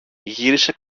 γύρισε